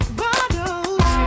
bottles